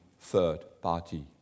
third-party